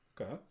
okay